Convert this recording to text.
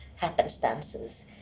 happenstances